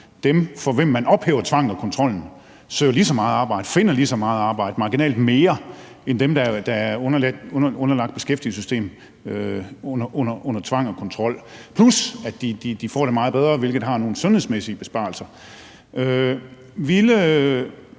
for hvem man ophæver tvangen og kontrollen, søger lige så meget arbejde og finder lige så meget arbejde – marginalt mere – som dem, der er underlagt et beskæftigelsessystem under tvang og kontrol. Derudover får de det også meget bedre, hvilket har nogle sundhedsmæssige besparelser.